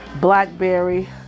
blackberry